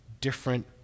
different